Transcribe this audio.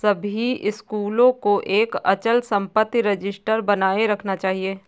सभी स्कूलों को एक अचल संपत्ति रजिस्टर बनाए रखना चाहिए